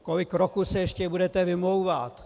Kolik roků se ještě budete vymlouvat?